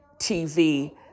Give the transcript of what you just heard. TV